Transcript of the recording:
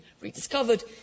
rediscovered